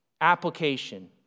application